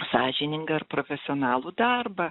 sąžiningą ir profesionalų darbą